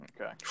Okay